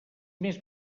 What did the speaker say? més